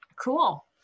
cool